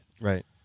right